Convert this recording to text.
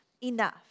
enough